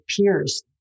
peers